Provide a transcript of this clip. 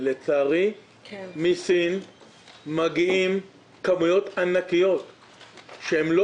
ולצערי מסין מגיעות כמויות ענקיות שהן לא